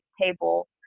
table